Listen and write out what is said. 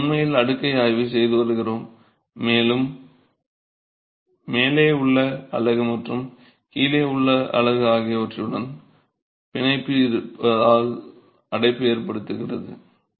இப்போது நாம் உண்மையில் அடுக்கை ஆய்வு செய்து வருகிறோம் மேலும் மேலே உள்ள அலகு மற்றும் கீழே உள்ள அலகு ஆகியவற்றுடன் பிணைப்பு இருப்பதால் அடைப்பு ஏற்படுகிறது